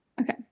okay